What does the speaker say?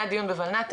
היה דיון בולנת"ע,